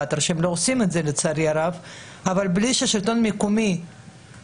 ושירותי דת יהודיים): אבל זה שירות שלא מביא כסף,